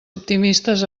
optimistes